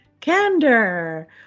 candor